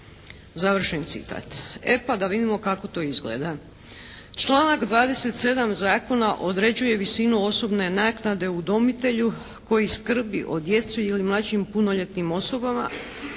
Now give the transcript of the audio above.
udomitelja.". E, pa da vidimo kako to izgleda? Članak 27. zakona određuje visinu osobne naknade udomitelju koji skrbi o djeci i o mlađim punoljetnim osobama